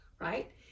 right